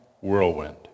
whirlwind